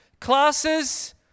Classes